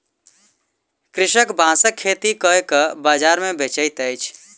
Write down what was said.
कृषक बांसक खेती कय के बाजार मे बेचैत अछि